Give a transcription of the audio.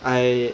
I